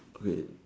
wait